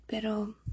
pero